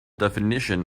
definition